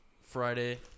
Friday